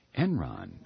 Enron